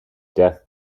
death